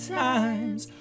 times